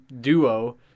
duo